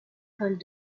l’école